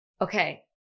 Okay